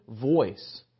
voice